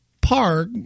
park